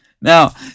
Now